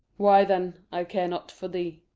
why then, i care not for thee.